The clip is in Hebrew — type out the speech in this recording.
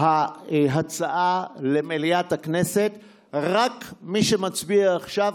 ההצעה למליאת הכנסת, רק מי שמצביע עכשיו.